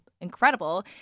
incredible